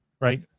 right